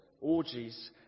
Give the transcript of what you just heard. orgies